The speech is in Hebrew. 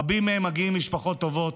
רבים מהם מגיעים ממשפחות טובות,